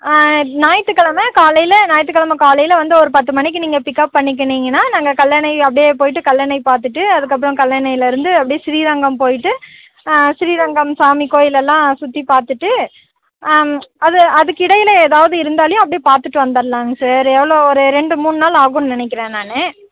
ஞாயித்துக்கிழம காலையில் ஞாயித்துக்கிழம காலையில் வந்து ஒரு பத்து மணிக்கு நீங்கள் பிக்கப் பண்ணிக்கினிங்கன்னா நாங்கள் கல்லணை அப்படியே போய்விட்டு கல்லணை பார்த்துட்டு அதுக்கப்புறம் கல்லணையிலருந்து அப்படியே ஸ்ரீரங்கம் போயிவிட்டு ஸ்ரீரங்கம் சாமி கோயிலெல்லாம் சுற்றிப் பார்த்துட்டு அது அதுக்கிடையில் எதாவது இருந்தாலையும் அப்படியே பார்த்துட்டு வந்தர்லாங்க சார் எவ்வளோ ஒரு ரெண்டு மூண்நாள் ஆகும்ன்னு நினைக்கிறேன் நான்